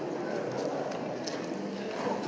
Hvala